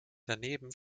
daneben